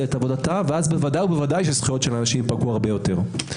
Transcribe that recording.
את עבודה ואז ודאי שזכויות אנשים ייפגעו הרבה יותר.